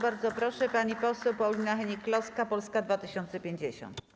Bardzo proszę, pani poseł Paulina Hennig-Kloska, Polska 2050.